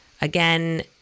Again